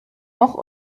noch